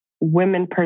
women